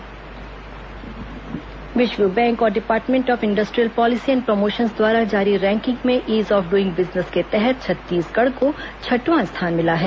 ease of doing business विश्व bank और department of industrial policy and promotions द्वारा जारी रैंकिग में ईज ऑफ डुइंग बिजनेस के तहत छत्तीसगढ़ को छठवां स्थान मिला है